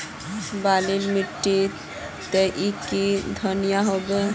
बाली माटी तई की धनिया होबे?